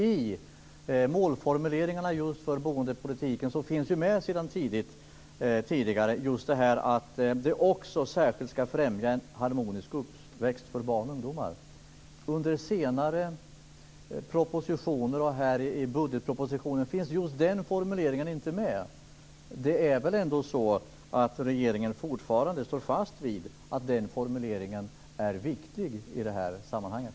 I målformuleringarna för boendepolitiken fanns tidigare med att man särskilt ska främja en harmonisk uppväxt för barn och ungdomar. I de senaste propositionerna liksom i budgetpropositionen finns den formuleringen inte med. Regeringen står väl ändå fortfarande fast vid att den formuleringen är viktig i det här sammanhanget?